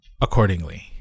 accordingly